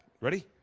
ready